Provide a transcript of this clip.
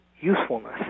usefulness